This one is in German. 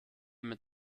mit